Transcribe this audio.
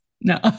No